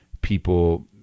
people